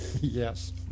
Yes